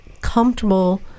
comfortable